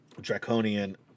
draconian